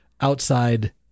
outside